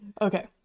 Okay